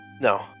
No